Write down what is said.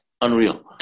unreal